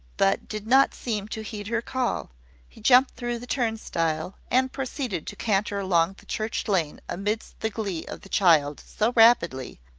but did not seem to heed her call he jumped through the turnstile, and proceeded to canter along the church lane amidst the glee of the child so rapidly,